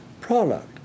product